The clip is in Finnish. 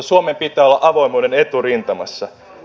suomen pitää olla avoimuuden eturintamassa